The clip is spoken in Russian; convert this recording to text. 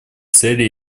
цели